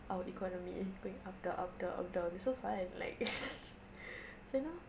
our economy going up down up down up down it's so fun like you know